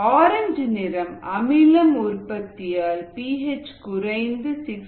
orange நிறம் அமிலம் உற்பத்தியால் பி ஹெச் குறைந்து 6